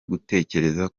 gutekereza